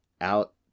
Out